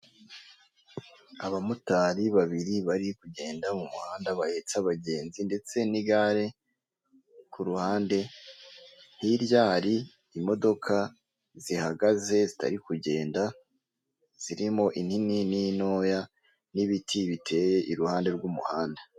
Abamotari babiri bari kugenda mu muhanda bahetse abagenzi ndetse n'igare ku ruhande, hirya hari imodoka zihagaze zitari kugenda, zirimo inini n'intoya n'ibiti biteye iruhande rw'umuhanda.